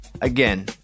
Again